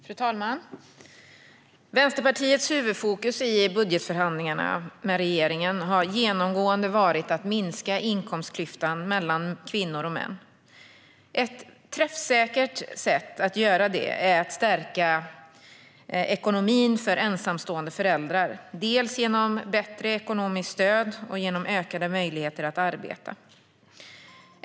Fru talman! Vänsterpartiets huvudfokus i budgetförhandlingarna med regeringen har genomgående varit att minska inkomstklyftan mellan kvinnor och män. Ett träffsäkert sätt att göra det är att stärka ekonomin för ensamstående föräldrar, dels genom bättre ekonomiskt stöd, dels genom ökade möjligheter att arbeta.